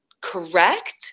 correct